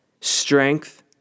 Strength